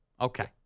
Okay